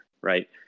right